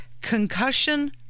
concussion